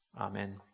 Amen